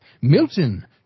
Milton